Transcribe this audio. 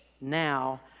now